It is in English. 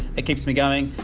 it keeps me going.